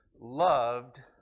loved